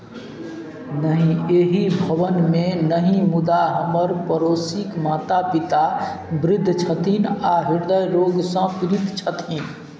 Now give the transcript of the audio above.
नहि एहि भवनमे नहि मुदा हमर पड़ोसीक माता पिता वृद्ध छथिन आ हृदय रोगसँ पीड़ित छथिन